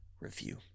review